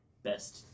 best